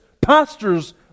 pastors